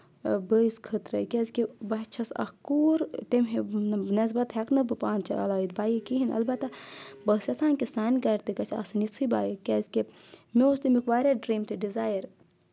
بٲیِس خٲطرٕ کیٛازِکہِ بہٕ چھَس اَکھ کوٗر تٔمۍ نیٚصبتہٕ ہیٚکہٕ نہٕ بہٕ پانہٕ چلٲیِتھ بایِک کِہیٖنۍ اَلبتہ بہٕ ٲسٕس یَژھان کہِ سانہِ گَرِ تہِ گَژھِ آسٕنۍ یِژھٕے بایِک کیٛازِکہِ مےٚ اوس تمیُک واریاہ ڈرٛیٖم تہٕ ڈِزایَر